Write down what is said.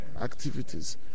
activities